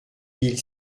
mille